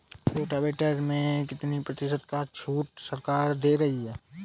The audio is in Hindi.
रोटावेटर में कितनी प्रतिशत का छूट सरकार दे रही है?